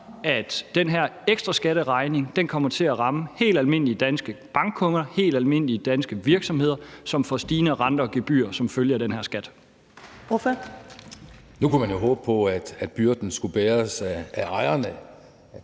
at den her ekstra skatteregning kommer til at ramme helt almindelige danske bankkunder og helt almindelige danske virksomheder, som får stigende renter og gebyrer som følge af den her skat. Kl. 13:21 Første næstformand (Karen Ellemann): Ordføreren.